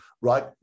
right